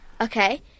Okay